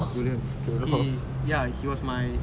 julian he ya he was my